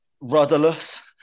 Rudderless